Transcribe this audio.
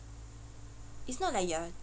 it's not like you are